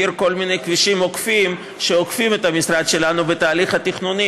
העביר כל מיני כבישים עוקפים שעוקפים את המשרד שלנו בתהליך התכנון.